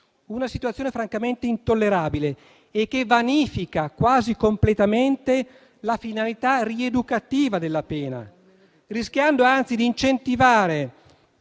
Una situazione francamente intollerabile, che vanifica quasi completamente la finalità rieducativa della pena, rischiando anzi di incentivare,